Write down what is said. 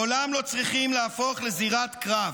לעולם לא צריכים להפוך לזירת קרב.